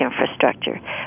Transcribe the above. infrastructure